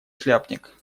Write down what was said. шляпник